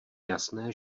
jasné